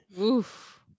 Oof